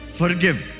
forgive